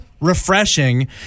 Refreshing